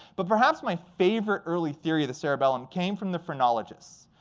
but, perhaps, my favorite early theory of the cerebellum came from the phrenologists.